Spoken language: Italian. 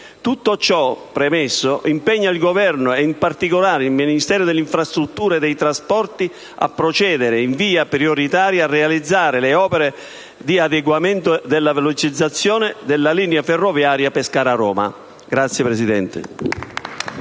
tutto ciò premesso, impegna il Governo ed in particolare il Ministero delle infrastrutture e dei trasporti a procedere, in via prioritaria, a realizzare le opere di adeguamento e velocizzazione della linea ferroviaria Pescara-Roma.